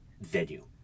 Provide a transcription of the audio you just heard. venue